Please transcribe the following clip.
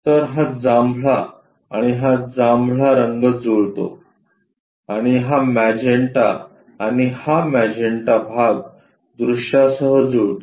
तर हा जांभळा आणि हा जांभळा रंग जुळतो आणि हा मॅजेन्टा आणि हा मॅजेन्टा भाग दृश्यासह जुळतो